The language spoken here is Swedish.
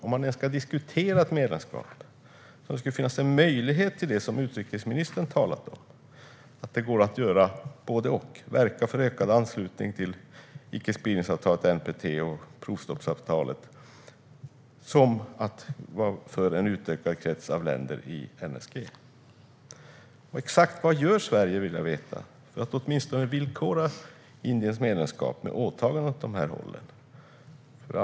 Om man ens ska diskutera ett medlemskap är det i så fall nu det skulle finnas en möjlighet till det som utrikesministern har talat om - att det går att göra både och, det vill säga verka såväl för ökad anslutning till icke-spridningsavtalet NPT och provstoppsavtalet som för en utökad krets av länder i detta NSG. Exakt vad gör Sverige för att åtminstone villkora Indiens medlemskap med åtaganden åt dessa håll? Det vill jag veta.